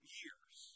years